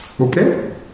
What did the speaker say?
Okay